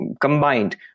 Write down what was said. combined